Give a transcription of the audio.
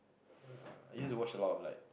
uh I used to watch a lot of like